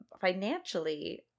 financially